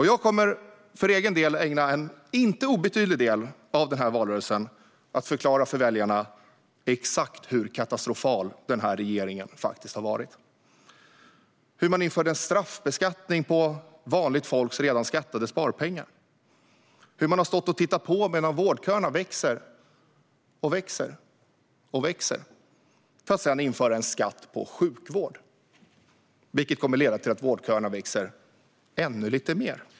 Jag kommer för egen del att ägna en inte obetydlig del av denna valrörelse åt att förklara för väljarna exakt hur katastrofal denna regering faktiskt har varit. Man har infört en straffbeskattning på vanligt folks redan skattade sparpengar. Man har stått och tittat på medan vårdköerna växer och växer och växer, för att sedan införa en skatt på sjukvård, vilket kommer att leda till att vårdköerna växer ännu lite mer.